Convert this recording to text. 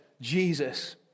Jesus